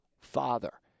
Father